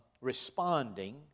responding